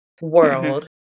world